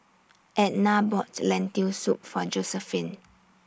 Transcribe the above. Ednah bought Lentil Soup For Josephine